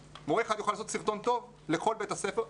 מורה אחד יוכל לעשות סרטון טוב לכל בית הספר,